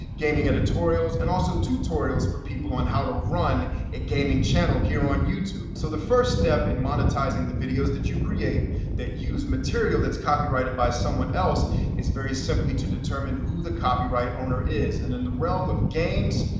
gaming editorials, and also tutorials for people on how to run a gaming channel here on youtube. so the first step in monetizing the videos that you create that use material that's copyrighted by someone else is very simply to determine who the copyright owner is. and in the realm of games,